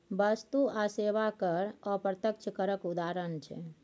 बस्तु आ सेबा कर अप्रत्यक्ष करक उदाहरण छै